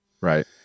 Right